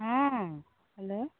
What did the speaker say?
हँ हेलो